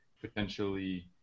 potentially